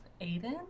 Aiden